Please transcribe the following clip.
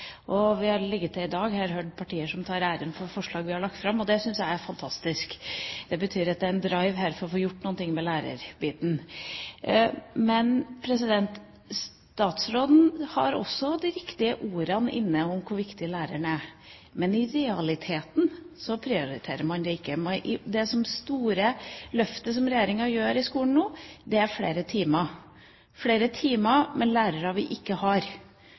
Vi har tidligere her i dag hørt partier som tar æren for forslag som vi har lagt fram, og det syns jeg er fantastisk. Det betyr at det er en drive her for å få gjort noe med lærerbiten. Statsråden har også de riktige ordene inne om hvor viktig læreren er. Men i realiteten prioriterer man det ikke. Det store løftet som regjeringen gjør i skolen nå, er flere timer – flere timer med lærere vi ikke har,